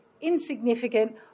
insignificant